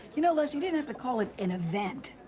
you know les, you didn't have to call it an event,